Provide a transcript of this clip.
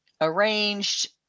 arranged